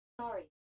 Sorry